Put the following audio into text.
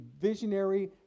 visionary